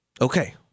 Okay